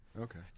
Okay